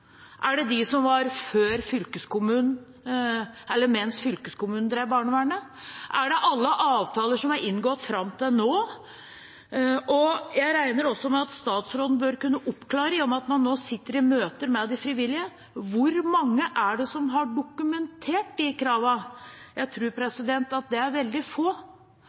er den historien? Er det de som var mens fylkeskommunen drev barnevernet? Er det alle avtaler som er inngått fram til nå? Jeg regner med at statsråden bør kunne oppklare, i og med at man nå sitter i møter med de frivillige, hvor mange det er som har dokumentert de kravene. Jeg tror det er veldig få,